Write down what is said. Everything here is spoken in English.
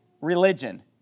religion